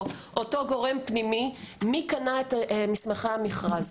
גורם פנימי מי קנה את מסמכי המכרז.